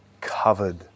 covered